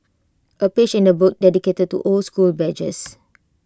A page in the book dedicated to old school badges